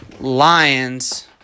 Lions